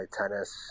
tennis